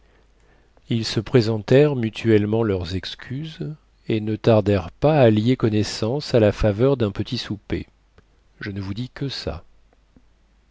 ils se présentèrent mutuellement leurs excuses et ne tardèrent pas à lier connaissance à la faveur dun petit souper je ne vous dis que ça